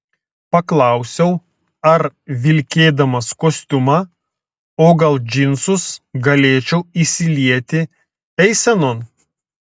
paklausiau ar vilkėdamas kostiumą o gal džinsus galėčiau įsilieti eisenon